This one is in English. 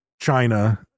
China